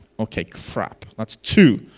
ok crap that's two,